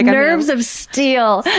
nerves of steel!